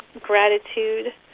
gratitude